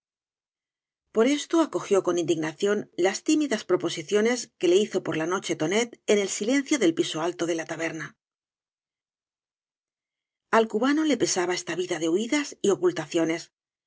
por esto acogió con indignación las tímidas proposiciones que le hizo por la noche tonet en el silencio del piso alto de la taberna al cubano le pesaba esta vida de huidas y ocultaciones